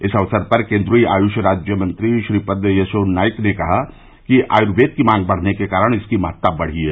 इस अवसर पर केन्द्रीय आयुष राज्य मंत्री श्रीपद यस्सो नाईक ने कहा कि आयूर्वेद की मांग बढ़ने के कारण इसकी महत्ता बढ़ी है